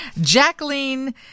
Jacqueline